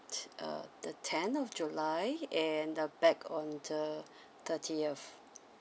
uh the ten of july and uh back on the thirtieth